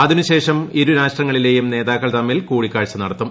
അതിനുശേഷം ഇരുരാഷ്ട്രങ്ങളിലെയും നേതാക്കൾ തമ്മിൽ കൂടിക്കാഴ്ച നടത്തും